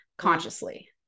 Consciously